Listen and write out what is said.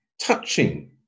touching